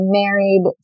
married